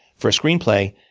for a screenplay,